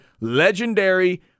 legendary